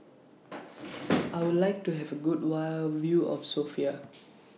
I Would like to Have A Good while View of Sofia